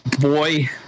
boy